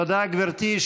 תודה, גברתי.